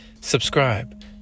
subscribe